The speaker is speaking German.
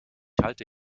halte